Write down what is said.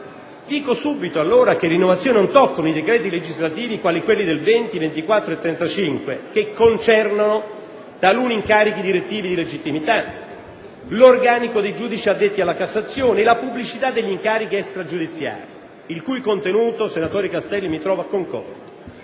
Dico subito allora che le innovazioni non toccano i decreti legislativi nn. 20, 24 e 35 del 2006, concernenti taluni incarichi direttivi di legittimità, l'organico dei giudici addetti alla Cassazione e la pubblicità degli incarichi extragiudiziari, il cui contenuto, senatore Castelli, mi trova concorde.